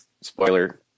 spoiler